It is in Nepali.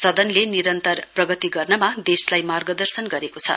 सदनले निरन्तर प्रगति गर्नमा देशलाई मार्गदर्शन गरेको छ